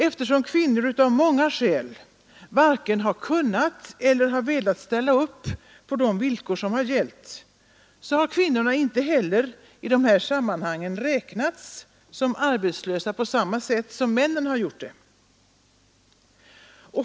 Eftersom kvinnor av många skäl varken kunnat eller velat ställa upp på de villkor som har gällt, så har kvinnor inte heller i dessa sammanhang räknats som arbetslösa på samma sätt som männen.